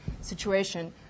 situation